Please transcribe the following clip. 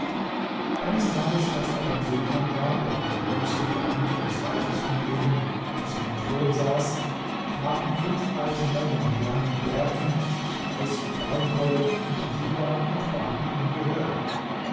eines tages als er beim sultan war der von den höchsten beamten des reiches umgeben auf seinem thron saß traten fünf alte männer mit langen bärten so weiß wie baumwolle in den divan und baten um gehör